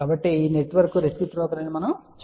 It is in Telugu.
కాబట్టి ఈ నెట్వర్క్ రెసిప్రోకల్ అని చెప్పగలను